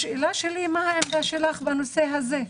השאלה שלי היא מה העמדה שלך בנושא הזה.